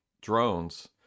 drones